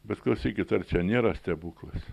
bet klausykit ar čia nėra stebuklas